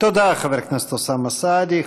תודה, חבר הכנסת אוסאמה סעדי.